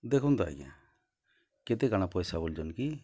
ଦେଖୁନ୍ ତ ଆଜ୍ଞା କେତେ କାଣା ପଏସା ବଲୁଚନ୍ କି